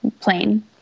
plain